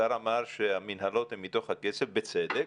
השר אמר שהמנהלות הן מתוך הכסף, בצדק.